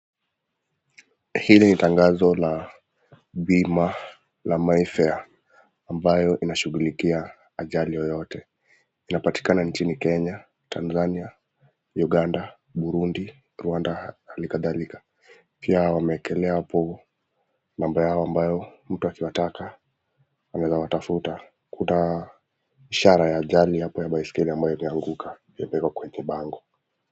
Hili ni soko la kuuza matunda y aina